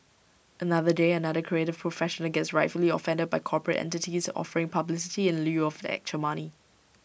another day another creative professional gets rightfully offended by corporate entities offering publicity in lieu of actual money